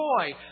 joy